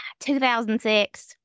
2006